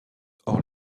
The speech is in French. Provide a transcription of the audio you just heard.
hors